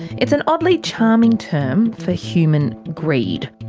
it's an oddly charming term for human greed.